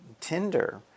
Tinder